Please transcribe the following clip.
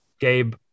Gabe